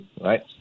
right